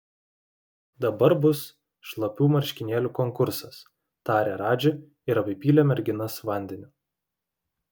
dabar bus šlapių marškinėlių konkursas tarė radži ir apipylė merginas vandeniu